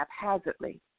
haphazardly